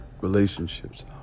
relationships